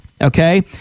okay